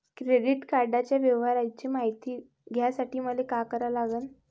Credit कार्डाच्या व्यवहाराची मायती घ्यासाठी मले का करा लागन?